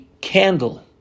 candle